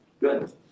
Good